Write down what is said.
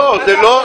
לא.